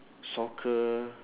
soccer